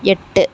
எட்டு